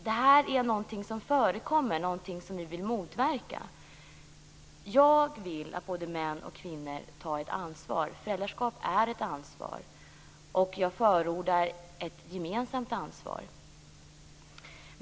Det här är något som förekommer och som vi vill motverka. Jag vill att både män och kvinnor tar ett ansvar. Föräldraskap är ett ansvar, och jag förordar ett gemensamt ansvar.